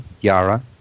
Yara